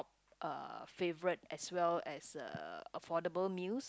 uh favourite as well as uh affordable meals